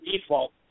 default